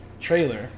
trailer